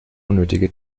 unnötige